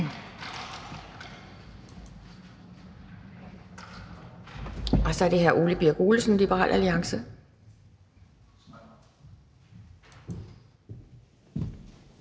Så er det hr. Ole Birk Olesen, Liberal Alliance.